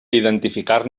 identificar